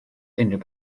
unrhyw